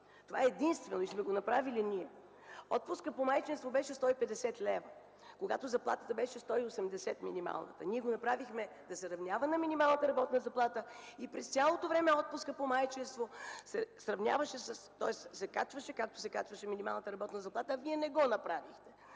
Това е единствено и сме го направили ние. Отпускът по майчинство беше 150 лв., когато минималната заплата беше 180. Ние го направихме да се равнява на минималната работна заплата и през цялото време отпускът по майчинство се качваше, както се качваше минималната работна заплата, а Вие не го направихте.